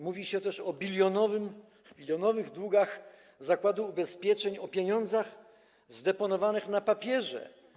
Mówi się też o bilionowych długach zakładu ubezpieczeń, o pieniądzach zdeponowanych na papierze.